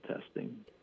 testing